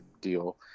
deal